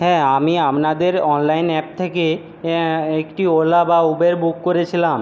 হ্যাঁ আমি আপনাদের অনলাইন অ্যাপ থেকে একটি ওলা বা উবের বুক করেছিলাম